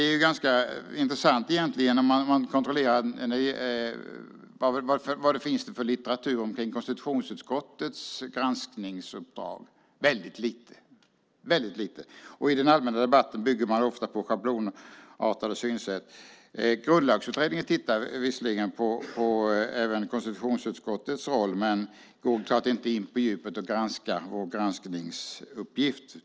Vad finns det för litteratur om konstitutionsutskottets granskningsuppdrag? Väldigt lite. I den allmänna debatten bygger man ofta på schablonartade synsätt. Grundlagsutredningen tittar visserligen även på konstitutionsutskottets roll, men går inte på djupet och granskar vår granskningsuppgift.